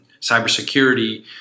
cybersecurity